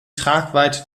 tragweite